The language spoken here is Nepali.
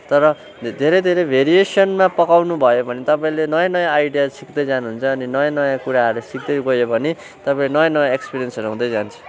तर धेरै धेरै भेरिएसनमा पकाउनुभयो भने तपाईँले नयाँ नयाँ आइडिया सिक्दै जानुहुन्छ अनि नयाँ नयाँ कुराहरू सिक्दै गयो भने तपाईँ नयाँ नयाँ एक्सपिरियन्सहरू हुँदै जान्छ